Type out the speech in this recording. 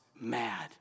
mad